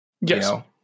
Yes